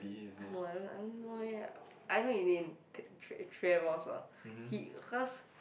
I don't know ah I don't I don't know eh I know he didn't ah he cause